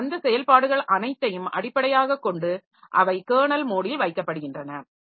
எனவே அந்த செயல்பாடுகள் அனைத்தையும் அடிப்படையாகக் கொண்டு அவை கெர்னல் மோடில் வைக்கப்படுகின்றன